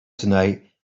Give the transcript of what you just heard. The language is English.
tonight